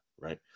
right